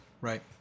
Right